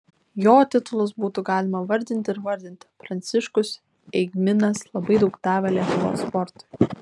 jo titulus būtų galima vardinti ir vardinti pranciškus eigminas labai daug davė lietuvos sportui